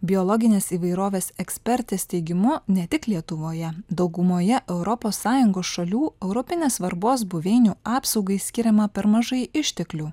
biologinės įvairovės ekspertės teigimu ne tik lietuvoje daugumoje europos sąjungos šalių europinės svarbos buveinių apsaugai skiriama per mažai išteklių